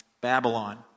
Babylon